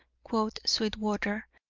quoth sweetwater,